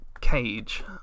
cage